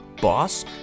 boss